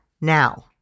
now